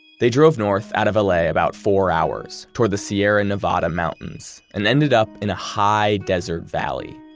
they drove north out of la about four hours toward the sierra nevada mountains and ended up in a high desert valley.